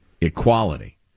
Equality